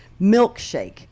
Milkshake